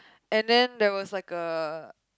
and then there was like a